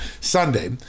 Sunday